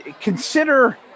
consider